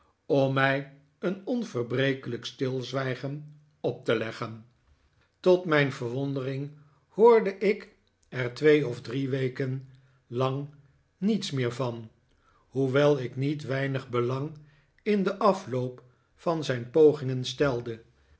om mij een onverbrekelijk stilzwijgen op te leggen tot mijn verwondering hoorde ik er twee doctor strong maakt zij n testament of drie weken lang niets meer van hoewel ik niet weinig belang in den afloop van zijn pogingen stelde